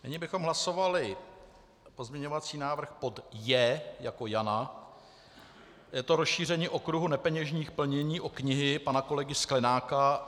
Nyní bychom hlasovali pozměňovací návrh pod J, je to rozšíření okruhu nepeněžních plnění o knihy pana kolegy Sklenáka.